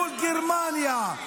מול גרמניה,